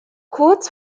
kurz